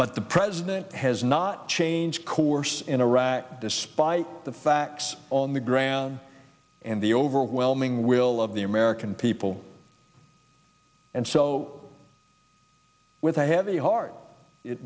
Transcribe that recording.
but the president has not change course in iraq despite the facts on the ground and the overwhelming will of the american people and so with a heavy heart it